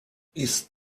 ist